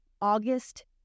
August